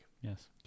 Yes